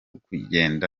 kugenda